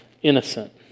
innocent